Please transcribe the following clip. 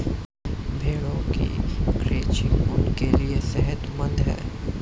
भेड़ों की क्रचिंग उनके लिए सेहतमंद है